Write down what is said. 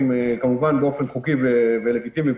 כמובן באופן חוקי ולגיטימי,